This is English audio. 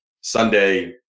Sunday